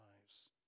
lives